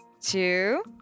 two